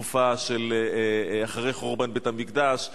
בתקופה שאחרי חורבן בית-המקדש.